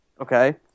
Okay